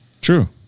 True